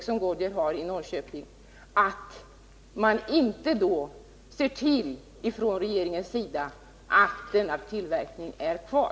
inte är försvarbart — vare sig från beredskapssynpunkt eller samhällsekonomiskt — att regeringen inte ser till att denna tillverkning är kvar.